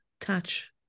touch